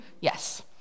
Yes